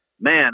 man